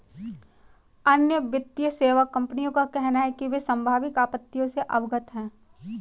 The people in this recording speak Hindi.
अन्य वित्तीय सेवा कंपनियों का कहना है कि वे संभावित आपत्तियों से अवगत हैं